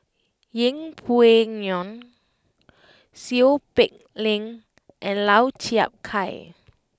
Yeng Pway Ngon Seow Peck Leng and Lau Chiap Khai